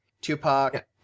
Tupac